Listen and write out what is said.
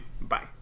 Bye